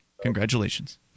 congratulations